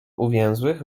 uwięzłych